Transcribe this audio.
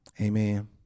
Amen